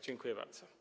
Dziękuję bardzo.